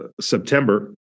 September